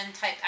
type